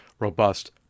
robust